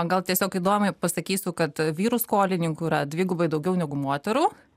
gal tiesiog įdomiai pasakysiu kad vyrų skolininkų yra dvigubai daugiau negu moterų